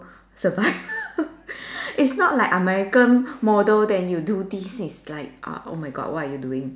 survivor it's not like American model then you do this it's like uh oh my god what are you doing